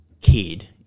kid